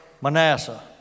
Manasseh